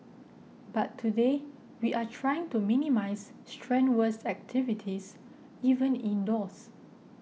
but today we are trying to minimise strenuous activities even indoors